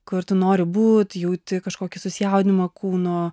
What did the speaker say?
kur tu nori būt jauti kažkokį susijaudinimą kūno